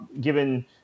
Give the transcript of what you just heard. given